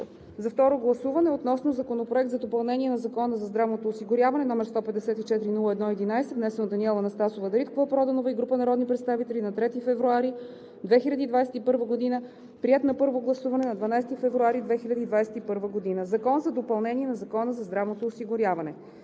за второ гласуване относно Законопроект за допълнение на Закона за здравното осигуряване, № 154-01-11, внесен от Даниела Анастасова Дариткова-Проданова и група народни представители на 3 февруари 2021 г., приет на първо гласуване на 12 февруари 2021 г. „Закон за допълнение на Закона за здравното осигуряване“.“